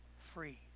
free